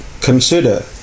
consider